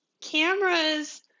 cameras